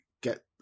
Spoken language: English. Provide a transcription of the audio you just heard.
get